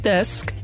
Desk